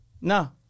No